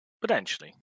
Potentially